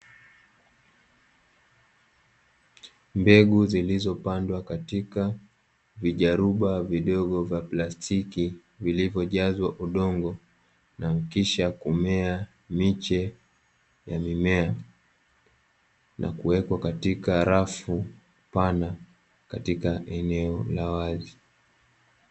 Mbegu zilizopandwa katika vijaruba vidogo vya plastiki, vilivyojazwa udongo na kisha kumea miche ya mimea na kuwekwa katika rafu pana, katika eneo la wazi.